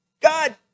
God